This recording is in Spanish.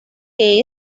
que